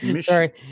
sorry